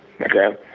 Okay